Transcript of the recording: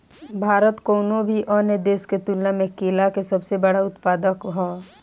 भारत कउनों भी अन्य देश के तुलना में केला के सबसे बड़ उत्पादक ह